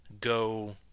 go